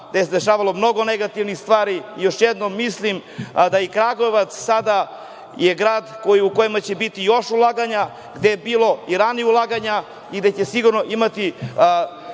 gde se dešavalo mnogo negativnih stvari. Još jednom, mislim da je i Kragujevac sada grad u kojem će biti još ulaganja, gde je bilo i ranije ulaganja i gde će sigurno imati